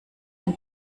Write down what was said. ein